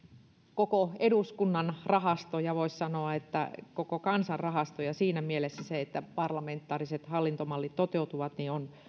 koko eduskunnan rahasto ja voisi sanoa koko kansan rahasto ja siinä mielessä se että parlamentaariset hallintomallit toteutuvat on